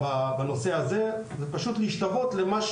להשתוות למה שקיים ב-OECD.